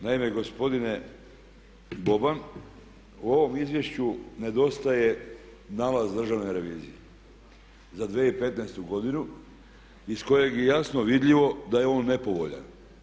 Naime, gospodine Boban u ovom izvješću nedostaje nalaz Državne revizije za 2015.godinu iz kojeg je jasno vidljivo da je on nepovoljan.